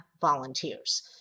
volunteers